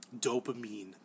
dopamine